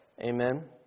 Amen